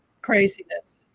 craziness